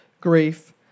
grief